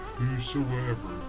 whosoever